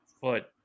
Foot